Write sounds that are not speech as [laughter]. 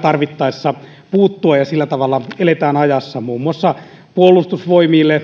[unintelligible] tarvittaessa puuttua ja sillä tavalla eletään ajassa muun muassa puolustusvoimille